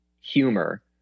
humor